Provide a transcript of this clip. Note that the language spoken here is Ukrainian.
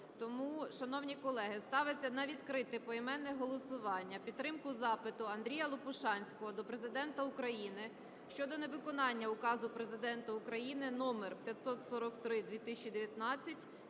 Тому, шановні колеги, ставиться на відкрите поіменне голосування про підтримку запиту Андрія Лопушанського до Президента України щодо невиконання Указу Президента України № 543/2019